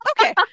Okay